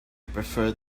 prefer